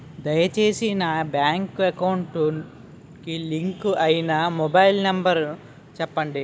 దయచేసి నా bank account కి లింక్ అయినా మొబైల్ నంబర్ చెప్పండి